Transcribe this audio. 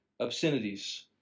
obscenities